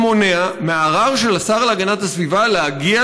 שמונע מהערר של השר להגנת הסביבה להגיע